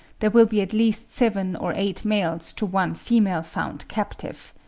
there will be at least seven or eight males to one female found captive.